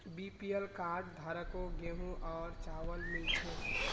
BPL card धारकों गेहूं और चावल मिल छे